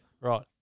Right